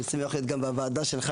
אני שמח לנכוח בוועדה הזו,